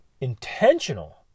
intentional